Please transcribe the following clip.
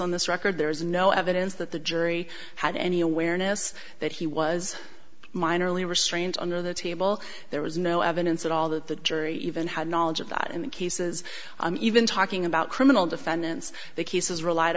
on this record there is no evidence that the jury had any awareness that he was minor only restrained under the table there was no evidence at all that the jury even had knowledge of that in the cases even talking about criminal defendants the cases relied